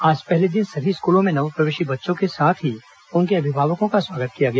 आज पहले दिन सभी स्कूलों में नवप्रवेशी बच्चों के साथ ही उनके अभिभावकों का स्वागत किया गया